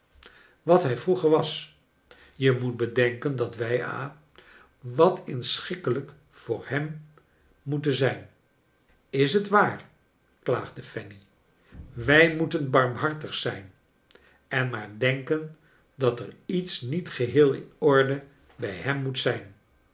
wat hij vroeger was je moet bedenken dat wij ha wat inschikkelijk voor hem moeten zijn t is waar klaagde fanny wij moeten barmhartig zijn en maar denken dat er iets niet geheel in orde bij hem moet zijn